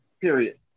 period